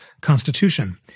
Constitution